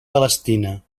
palestina